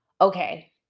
okay